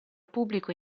pubblico